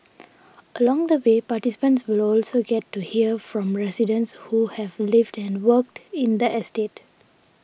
along the way participants will also get to hear from residents who have lived and worked in that estate